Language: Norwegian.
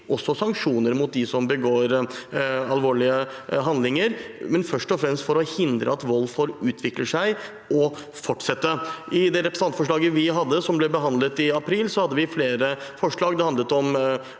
og sanksjoner mot dem som begår alvorlige handlinger, men først og fremst for å hindre at vold får utvikle seg og fortsette. I det representantforslaget vi hadde, som ble behandlet i april, hadde vi flere forslag. Det handlet om